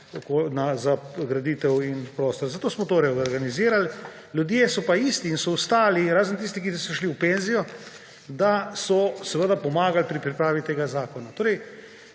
za graditev, prostor in stanovanja. Zato smo to reorganizirali, ljudje so pa isti in so ostali, razen tisti, ki so šli v penzijo, da so seveda pomagali pri pripravi tega zakona.